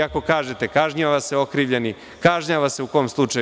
Ako kažete – kažnjava se okrivljeni, kažnjava se u kom slučaju?